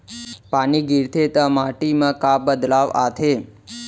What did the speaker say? पानी गिरथे ता माटी मा का बदलाव आथे?